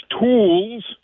tools